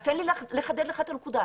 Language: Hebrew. אז תן לי לחדד לך את הנקודה.